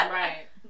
right